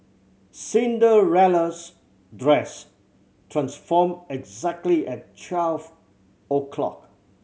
Cinderella's dress transformed exactly at twelve o'clock